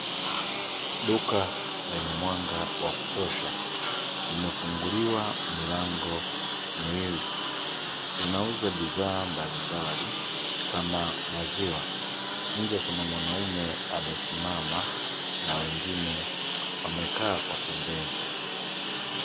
Duka lenye mwanga wa kutosha, limefunguliwa milango miwili. Linauza bidhaa mbalimbali kama maziwa. Nje kuna mwanaume amesimama na wengine wamekaa kwa pembeni.